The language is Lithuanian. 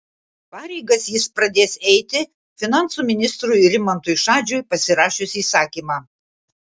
pareigas jis pradės eiti finansų ministrui rimantui šadžiui pasirašius įsakymą